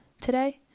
today